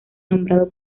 nombrado